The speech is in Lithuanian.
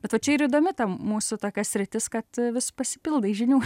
bet va čia ir įdomi ta mūsų tokia sritis kad vis pasipildai žinių